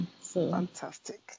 Fantastic